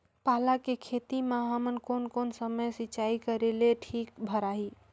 पाला के खेती मां हमन कोन कोन समय सिंचाई करेले ठीक भराही?